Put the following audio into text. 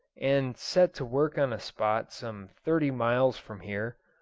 and set to work on a spot some thirty miles from here,